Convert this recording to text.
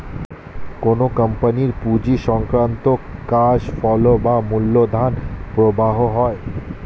কোন কোম্পানির পুঁজি সংক্রান্ত ক্যাশ ফ্লো বা মূলধন প্রবাহ হয়